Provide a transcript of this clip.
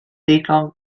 digon